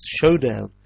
showdown